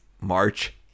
March